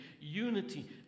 Unity